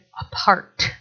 apart